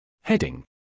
Heading